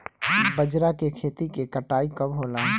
बजरा के खेती के कटाई कब होला?